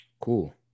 Cool